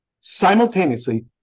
simultaneously